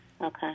Okay